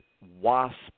wasp